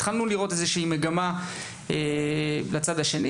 ואכן התחלנו לראות איזו שהיא מגמה לצד השני,